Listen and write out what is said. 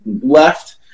left